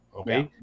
okay